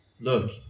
look